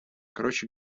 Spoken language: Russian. короче